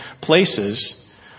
places